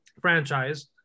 franchise